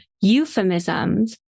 euphemisms